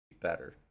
better